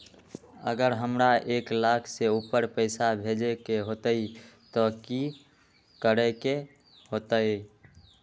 अगर हमरा एक लाख से ऊपर पैसा भेजे के होतई त की करेके होतय?